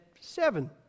Seven